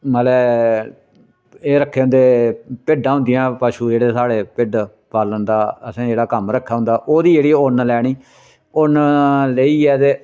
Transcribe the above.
मतलब ऐ एह् रक्खे होंदे हे भिड्डां होंदियां हियां पशु जेह्ड़े साढ़े भिड्ड पालन दा असें जेह्ड़ा कम्म रक्खे दा होंदा ओह्दी जेह्ड़ी उन्न लैनी उन्न लेइयै ते